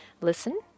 listen